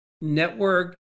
Network